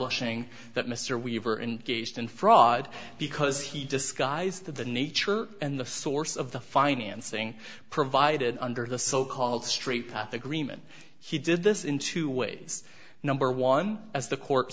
bushing that mr weaver engaged in fraud because he disguised of the nature and the source of the financing provided under the so called straight path agreement he did this in two ways number one as the court